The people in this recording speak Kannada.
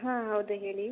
ಹಾಂ ಹೌದು ಹೇಳಿ